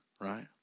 Right